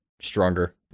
stronger